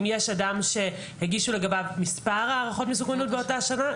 אם יש אדם שהגישו לגביו מספר הערכות מסוכנות באותה שנה?